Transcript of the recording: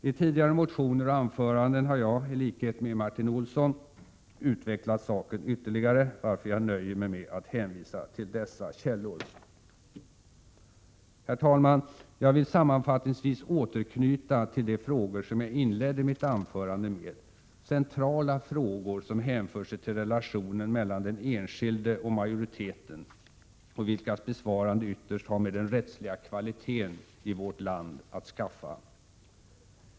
I tidigare motioner och anföranden har jag — i likhet med Martin Olsson — utvecklat saken ytterligare, varför jag nöjer mig med att hänvisa till dessa källor. Herr talman! Jag vill sammanfattningsvis återknyta till de frågor som jag inledde mitt anförande med, centrala frågor som hänför sig till relationen mellan den enskilde och majoriteten och vilkas besvarande ytterst har med den rättsliga kvaliteten i vårt land att skaffa.